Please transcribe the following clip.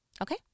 Okay